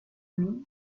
lui